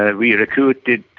ah we recruited